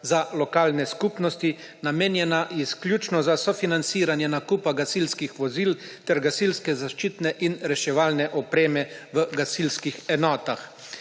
za lokalne skupnosti, namenjena izključno za sofinanciranje nakupa gasilskih vozil ter gasilske zaščitne in reševalne opreme v gasilskih enotah.